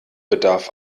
bedarf